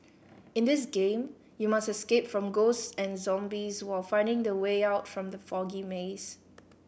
in this game you must escape from ghosts and zombies while finding the way out from the foggy maze